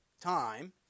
time